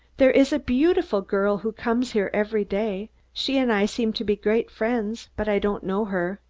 there is a beautiful girl who comes here every day. she and i seem to be great friends, but i don't know her,